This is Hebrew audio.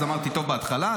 אז אמרתי טוב בהתחלה.